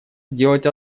сделать